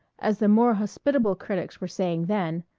as the more hospitable critics were saying then,